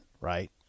right